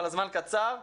אבל הזמן קצר,